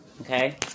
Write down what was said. okay